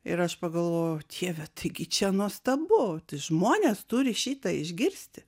ir aš pagalvojau dieve tai gi čia nuostabu tai žmonės turi šitą išgirsti